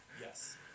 Yes